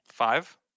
five